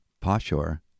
Pashur